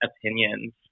opinions